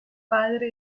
padre